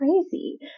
crazy